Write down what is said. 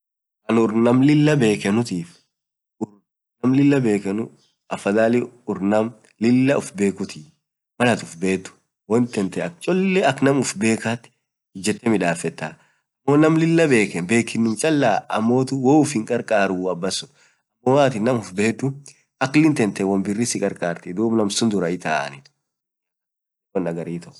urr naam lilaa bekeenu afadhalin naam lilaa ufbekuu malaat uff bedh wontantee ijetee akk nam ufbekhaat midafetaa, naam lilaa bekheen bekinuum chalaa amotuu woyyu uff hinkarkaruu abansun, hoo atin nam uff bekhuu aklin tantee lila sii karkartii duub nam sun duraa itaa anin.